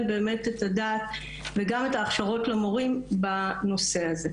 באמת את הדעת וגם את ההכשרות למורים בנושא הזה.